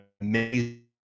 amazing